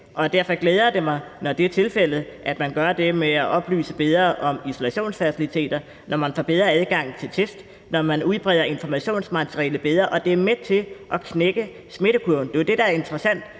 Derfor glæder det mig, når det er tilfældet, altså at vi gør det ved at oplyse bedre om isolationsfaciliteter; når man får bedre adgang til test; når vi udbreder informationsmateriale bedre. Det er med til at knække smittekurven. Det er jo det, der er interessant.